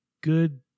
Good